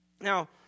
Now